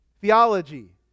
theology